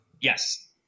Yes